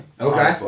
Okay